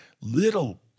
little